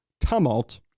tumult